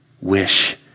wish